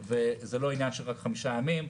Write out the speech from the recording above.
וזה לא עניין של רק חמישה ימים.